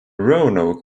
roanoke